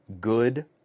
good